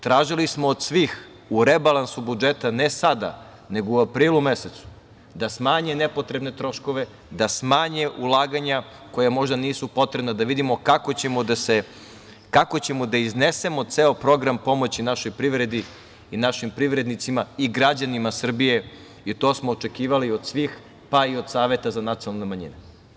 Tražili smo od svih u rebalansu budžeta, ne sada nego u aprilu mesecu da smanje nepotrebne troškove, da smanje ulaganja koja možda nisu potrebna da vidimo kako ćemo da iznesemo ceo program pomoći našoj privredi i našim privrednicima i građanima Srbije i to smo očekivali od svih pa i od Saveta za nacionalne manjine.